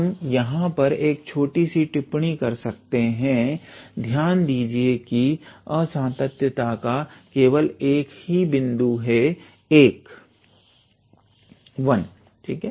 हम यहां पर एक छोटी सी टिप्पणी कर सकते है ध्यान दीजिए कि असांतत्यता का केवल एक ही बिंदु 1 है